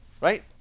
right